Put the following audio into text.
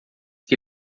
que